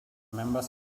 members